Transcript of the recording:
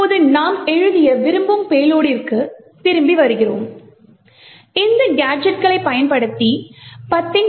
இப்போது நாம் எழுத விரும்பும் பேலோடிற்கு திரும்பி வருகிறோம் இந்த கேஜெட்களைப் பயன்படுத்தி 10